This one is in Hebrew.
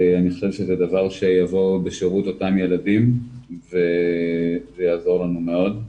אני חושב שזה דבר שיבוא בשירות אותם ילדים וזה יעזור לנו מאוד.